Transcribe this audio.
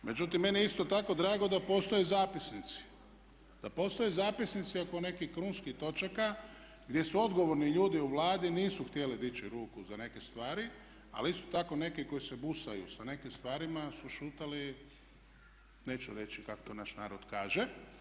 Međutim, meni je isto tako drago da postoje zapisnici, da postoje zapisnici oko nekih krunskih točaka gdje odgovorni ljudi u Vladi nisu htjeli dići ruku za neke stvari ali isto tako neki koji se busaju sa nekim stvarima su šutali, neću reći kako to naš narod kaže.